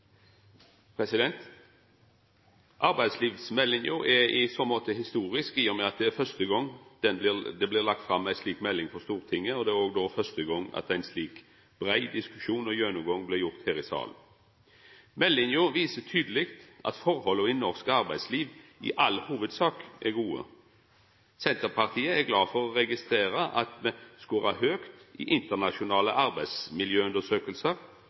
omme. Arbeidslivsmeldinga er i så måte historisk i og med at det er første gong ei slik melding blir lagd fram for Stortinget, og det er òg første gong det er ein slik brei diskusjon og gjennomgang her i salen. Meldinga viser tydeleg at forholda i norsk arbeidsliv i all hovudsak er gode. Senterpartiet er glad for å registrera at me skårar høgt i internasjonale